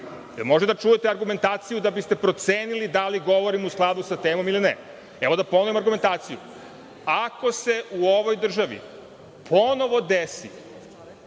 možete da čujete argumentaciju, da biste procenili da li govorim u skladu sa temom ili ne? Evo, da ponovim argumentaciju. Ako se u ovoj državi ponovo desi